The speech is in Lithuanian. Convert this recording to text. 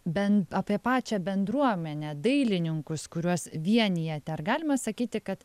bent apie pačią bendruomenę dailininkus kuriuos vienija tai ar galima sakyti kad